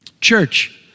Church